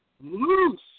loose